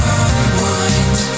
unwind